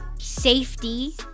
safety